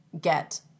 get